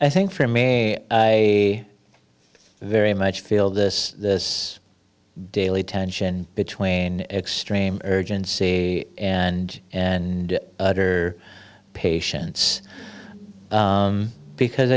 i think from a i very much feel this this daily tension between extreme urgency and and utter patience because